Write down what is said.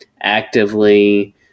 actively